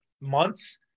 months